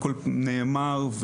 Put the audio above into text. הכול נאמר,